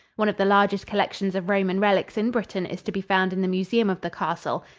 one of the largest collections of roman relics in britain is to be found in the museum of the castle.